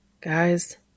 guys